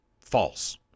false